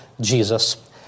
Jesus